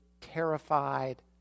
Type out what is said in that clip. terrified